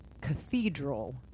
cathedral